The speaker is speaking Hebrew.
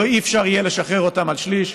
לא יהיה אפשר לשחרר אותם על שליש,